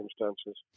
circumstances